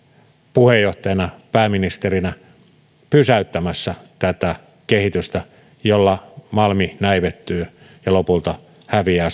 puheenjohtajana pääministerinä pysäyttämässä tätä kehitystä jolla malmi näivettyy ja lopulta häviää